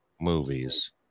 Movies